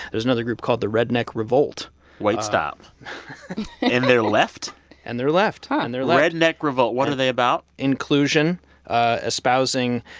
there's another group called the redneck revolt wait, stop and they're left and they're left. ah and they're left redneck revolt what are they about? inclusion ah espousing,